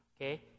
Okay